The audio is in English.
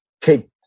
take